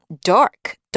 dark